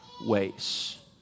ways